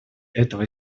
этого